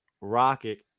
Rocket